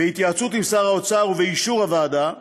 בהתייעצות עם שר האוצר ובאישור הוועדה,